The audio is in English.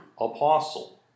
Apostle